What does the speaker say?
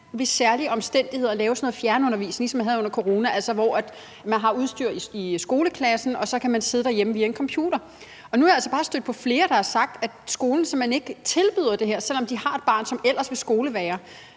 ved særlige omstændigheder kan lave fjernundervisning, som man havde det under corona, altså hvor man har udstyr til det i skoleklassen og barnet så kan sidde derhjemme og få undervisning via en computer. Men nu er jeg altså bare stødt på flere, der har sagt, at skolen simpelt hen ikke tilbyder det her, selv om de har et barn, som ellers vil skolevægre